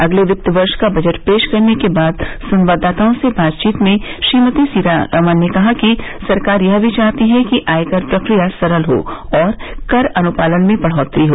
अगले वित्त वर्ष का बजट पेश करने के बाद संवाददाताओं से बातचीत में श्रीमती सीतारामन ने कहा कि सरकार यह भी चाहती है कि आयकर प्रक्रिया सरल हो और कर अनुपालन में बढ़ोतरी हो